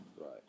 Right